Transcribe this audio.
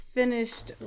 finished